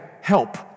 Help